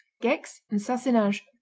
gex, and sassenage,